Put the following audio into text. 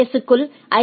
எஸ்க்குள் ஐ